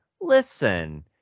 listen